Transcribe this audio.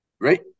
Right